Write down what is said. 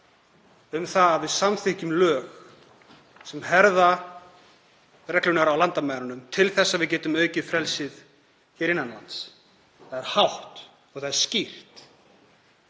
um að við samþykkjum lög sem herða reglurnar á landamærunum til að við getum aukið frelsið hér innan lands. Það er hátt og það er skýrt.